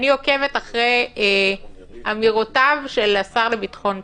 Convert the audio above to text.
אני עוקבת אחרי אמירותיו של השר לביטחון פנים.